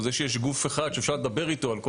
זה שיש גוף אחד שאפשר לדבר איתו על כל